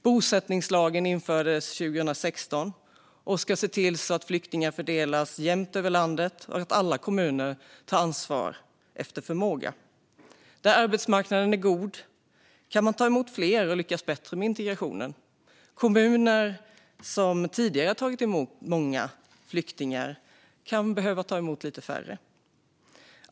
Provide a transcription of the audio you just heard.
Bosättningslagen infördes 2016 och ska se till att flyktingar fördelas jämnt över landet och att alla kommuner tar ansvar efter förmåga. Där arbetsmarknaden är god kan man ta emot fler och lyckas bättre med integrationen. De kommuner som tidigare tagit emot många flyktingar kan behöva ta emot färre.